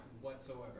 whatsoever